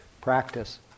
practice